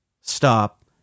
stop